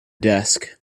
desk